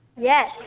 Yes